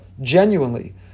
genuinely